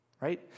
Right